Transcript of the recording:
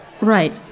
Right